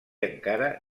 encara